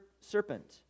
serpent